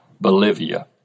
Bolivia